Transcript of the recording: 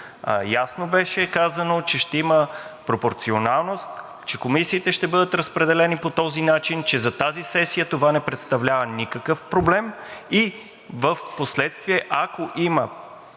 Ясно беше казано, че ще има пропорционалност, че комисиите ще бъдат разпределени по този начин, че за тази сесия това не представлява никакъв проблем и впоследствие, ако има